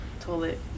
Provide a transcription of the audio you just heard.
Toilet